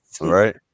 right